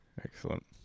Excellent